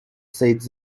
said